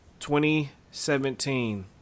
2017